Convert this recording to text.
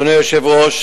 אדוני היושב-ראש,